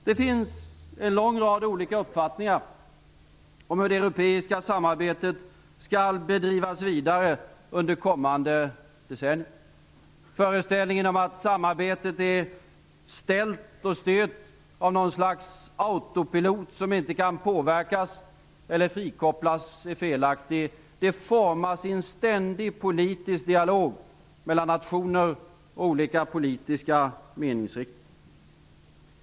Det finns en lång rad olika uppfattningar om hur det europeiska samarbetet skall bedrivas vidare under de kommande decennierna. Föreställningen om att samarbetet är ställt och styrt av något slags autopilot som inte kan påverkas eller frikopplas är felaktig. Samarbetet formas under en ständig politisk dialog mellan nationer och olika politiska meningsriktningar.